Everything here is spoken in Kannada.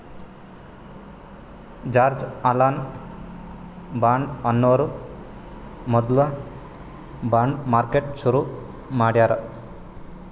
ಜಾರ್ಜ್ ಅಲನ್ ಬಾಂಡ್ ಅನ್ನೋರು ಮೊದ್ಲ ಬಾಂಡ್ ಮಾರ್ಕೆಟ್ ಶುರು ಮಾಡ್ಯಾರ್